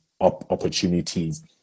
opportunities